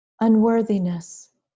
unworthiness